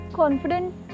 confident